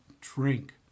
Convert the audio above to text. drink